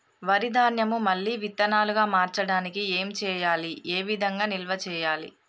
వరి ధాన్యము మళ్ళీ విత్తనాలు గా మార్చడానికి ఏం చేయాలి ఏ విధంగా నిల్వ చేయాలి?